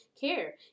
care